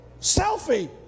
selfie